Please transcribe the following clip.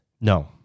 No